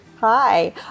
Hi